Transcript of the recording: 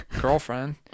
Girlfriend